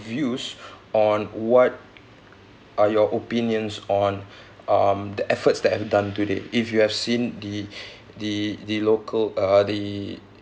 views on what are your opinions on um the efforts that have done today if you have seen the the the local uh the